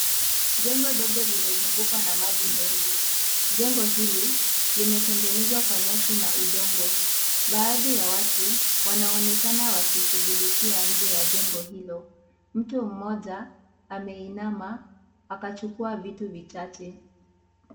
Jengo dogo limezungukwa na maji mengi. Jengo hili limetengenezwa kwa nyasi na udongo. Baadhi ya watu wanaonekana wakishughulikia nje ya jengo hilo. Mtu mmoja ameinama akachukua vitu vichache.